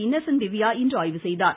Innocent Divya இன்று ஆய்வு செய்தார்